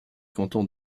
cantons